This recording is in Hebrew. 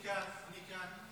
אני כאן, אני כאן.